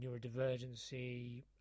neurodivergency